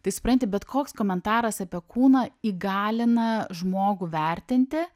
tai supranti bet koks komentaras apie kūną įgalina žmogų vertinti